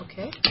Okay